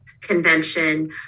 Convention